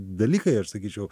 dalykai aš sakyčiau